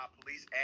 police